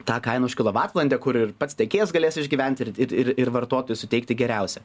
tą kainą už kilovatvalandę kur ir pats tiekėjas galės išgyventi ir ir ir vartotojui suteikti geriausia